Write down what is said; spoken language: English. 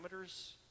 parameters